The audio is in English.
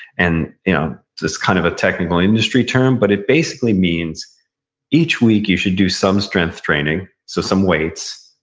and you know it's kind of a technical industry term but it basically means each week you should do some strength training, so some weights.